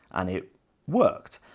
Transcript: and it worked.